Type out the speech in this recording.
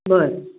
बरं